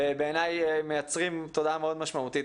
שבעיניי מייצרים תודעה מאוד משמעותית.